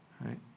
right